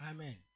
Amen